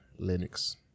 Linux